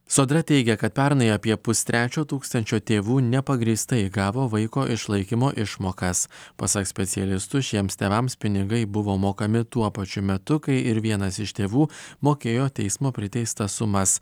sodra teigia kad pernai apie pustrečio tūkstančio tėvų nepagrįstai gavo vaiko išlaikymo išmokas pasak specialistų šiems tėvams pinigai buvo mokami tuo pačiu metu kai ir vienas iš tėvų mokėjo teismo priteistas sumas